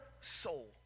soul